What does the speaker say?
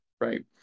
right